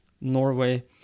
Norway